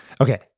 Okay